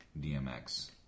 DMX